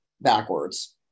backwards